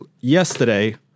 yesterday